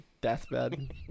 deathbed